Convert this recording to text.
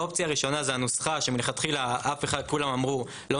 האופציה הראשונה זה הנוסחה שלכתחילה כולם אמרו: לא